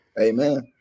Amen